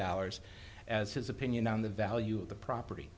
dollars as his opinion on the value of the property